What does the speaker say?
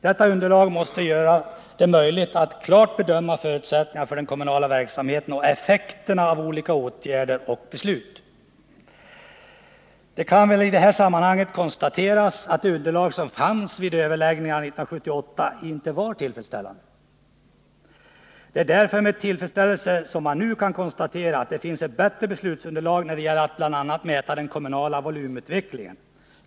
Detta underlag måste göra det möjligt att klart bedöma förutsättningarna för den kommunala verksamheten och effekterna av olika åtgärder och beslut. Det kan väl i det här sammanhanget konstateras, att det underlag som fanns vid överläggningarna 1978 inte var tillräckligt. Det är därför med tillfredsställelse som man nu kan konstatera, att det finns ett bättre beslutsunderlag, när det gäller att bl.a. mäta den kommunala volymutvecklingen.